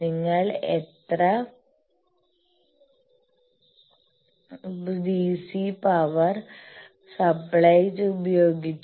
നിങ്ങൾ എത്ര DC power supply ഉപയോഗിച്ചു